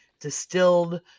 Distilled